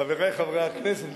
חברי חברי הכנסת,